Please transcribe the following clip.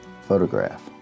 photograph